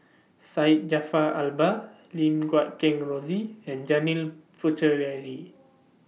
Syed Jaafar Albar Lim Guat Kheng Rosie and Janil Puthucheary